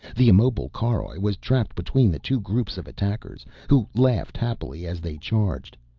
the immobile caroj was trapped between the two groups of attackers who laughed happily as they charged.